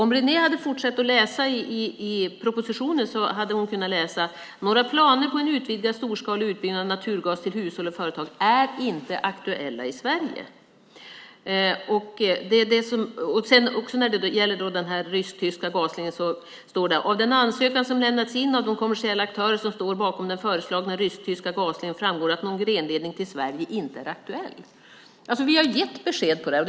Om Renée hade läst vidare i propositionen hade hon kunnat läsa: Några planer på en utvidgad storskalig utbyggnad av naturgas till hushåll och företag är inte aktuella i Sverige. När det gäller den rysk-tyska gasledningen står det: Av den ansökan som lämnats in av de kommersiella aktörer som står bakom den föreslagna rysk-tyska gasledningen framgår att någon grenledning till Sverige inte är aktuell. Vi har gett besked om detta.